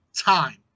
time